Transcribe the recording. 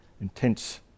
intense